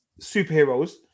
superheroes